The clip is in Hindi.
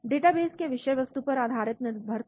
डेटाबेस के विषय वस्तु पर अत्यधिक निर्भरता